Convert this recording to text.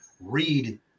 read